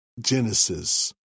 Genesis